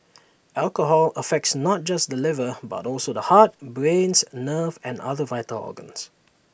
alcohol affects not just the liver but also the heart brains nerves and other vital organs